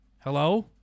Hello